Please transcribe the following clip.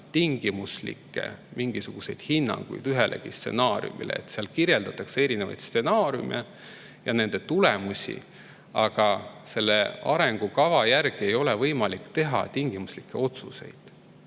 tingimuslikke hinnanguid ühelegi stsenaariumile. Seal kirjeldatakse erinevaid stsenaariume ja nende tulemusi, aga selle arengukava järgi ei ole võimalik teha tingimuslikke otsuseid.